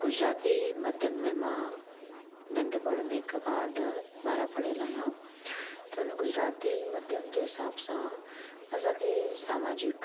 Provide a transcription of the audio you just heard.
गुजराती माध्यम में मां नंढपण में हिकु खां ॾह ॿारहं पढ़ियल आहियां त हुन गुजराती माध्यम जे हिसाब सां असांखे सामाजिक